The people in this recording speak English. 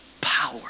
power